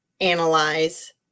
analyze